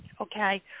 Okay